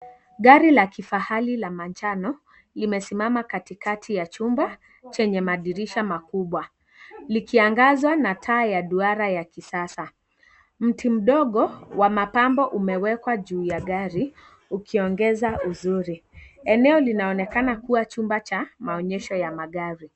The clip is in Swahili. Gari la kifahari la manjano, limesimama kati kati ya chumba, chenye madirisha makubwa, likiangazwa na taa ya duara ya kisasa, mti mdogo, wa mapambo umewekwa juu ya gari, ukiongeza uzuri, eneo linaonekana kuwa chumba cha, maonyesho ya magari.